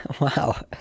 wow